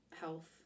health